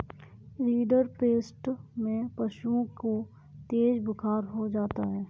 rinderpest में पशुओं को तेज बुखार हो जाता है